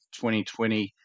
2020